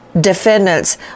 defendants